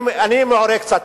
אני מעורה קצת.